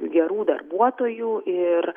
gerų darbuotojų ir